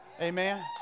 Amen